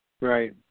right